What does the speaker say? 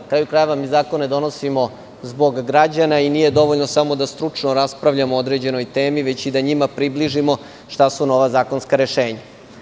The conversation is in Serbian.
Na kraju krajeva, mi zakone donosimo zbog građana i nije dovoljno samo da stručno raspravljamo o određenoj temi, već i da njima približimo šta su nova zakonska rešenja.